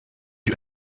you